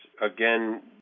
again